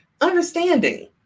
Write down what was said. understanding